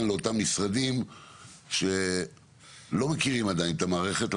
לאותם משרדים שלא מכירים עדיין את המערכת,